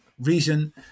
reason